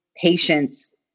patience